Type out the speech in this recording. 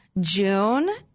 June